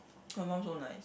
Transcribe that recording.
her mum so nice